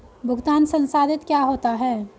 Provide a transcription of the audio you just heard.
भुगतान संसाधित क्या होता है?